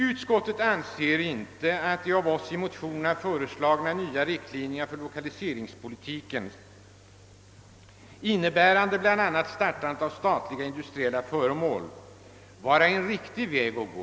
Utskottet anser inte de av oss i motionerna föreslagna nya riktlinjerna för 1lokaliseringspolitiken, innebärande bl.a. startandet av statliga industriella företag, vara en riktig väg att gå.